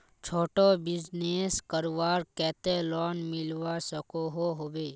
छोटो बिजनेस करवार केते लोन मिलवा सकोहो होबे?